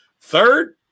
Third